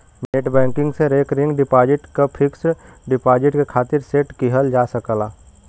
net banking से recurring deposit क fixed deposit के खातिर सेट किहल जा सकला